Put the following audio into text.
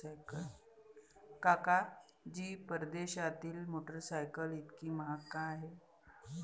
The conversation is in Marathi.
काका जी, परदेशातील मोटरसायकल इतकी महाग का आहे?